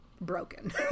broken